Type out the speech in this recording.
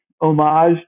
homage